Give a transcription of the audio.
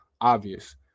obvious